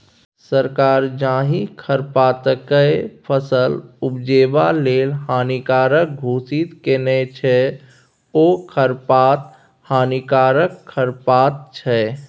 सरकार जाहि खरपातकेँ फसल उपजेबा लेल हानिकारक घोषित केने छै ओ खरपात हानिकारक खरपात छै